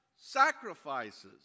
sacrifices